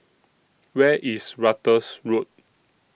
Where IS Ratus Road